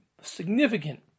significant